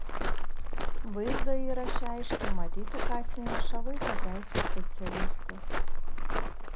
vaizdo įraše aiškiai matyti ką atsineša vaiko teisių specialistės